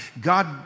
God